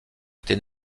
était